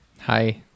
Hi